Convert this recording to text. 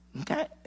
Okay